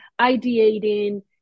ideating